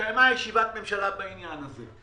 התקיימה ישיבת ממשלה בעניין הזה.